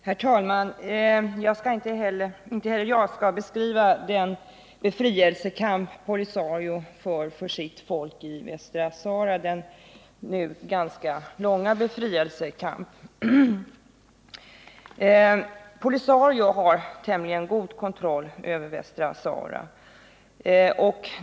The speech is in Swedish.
Herr talman! Inte heller jag skall beskriva den nu ganska långvariga befrielsekamp som POLISARIO för för sitt folk i Västra Sahara. POLISARIO har tämligen god kontroll över Västra Sahara.